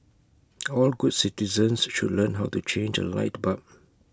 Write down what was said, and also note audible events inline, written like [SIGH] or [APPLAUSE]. [NOISE] all good citizens should learn how to change A light bulb